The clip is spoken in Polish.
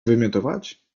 wymiotować